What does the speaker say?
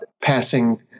passing